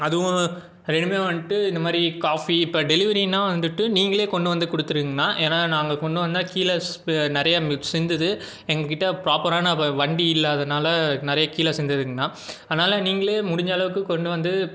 அதுவும் ரெண்டும் வந்துட்டு இந்த மாதிரி காஃபி இப்போ டெலிவரினா வந்துவிட்டு நீங்களே கொண்டு வந்து கொடுத்துருங்கணா ஏன்னா நாங்கள் கொண்டு வந்தால் கீழே நிறைய சிந்துது எங்ககிட்டே ப்ராப்பரான வண்டி இல்லாததனால நிறைய கீழே சிந்துதுங்கணா அதனால் நீங்களே முடிஞ்ச அளவுக்கு கொண்டு வந்து